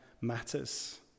matters